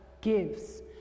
gives